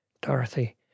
dorothy